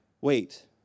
Wait